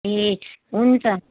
ए हुन्छ